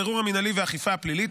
הבירור המינהלי והאכיפה הפלילית,